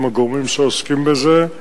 עם הגורמים שעוסקים בזה,